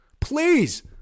Please